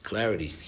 Clarity